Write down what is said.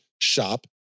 shop